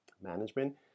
management